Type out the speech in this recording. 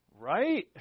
Right